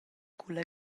culla